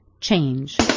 Change